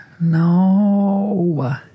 No